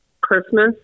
Christmas